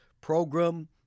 program